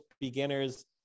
beginners